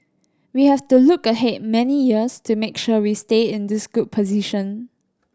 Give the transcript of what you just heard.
we have to look ahead many years to make sure we stay in this good position